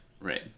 right